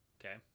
okay